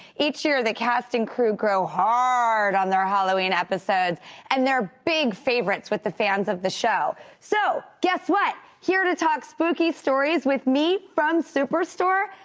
each year the cast and crew grow hard on their halloween episodes and they're big favorites with the fans of the show. so guess what? here to talk spooky stories with me, from superstore,